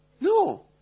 no